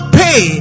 pay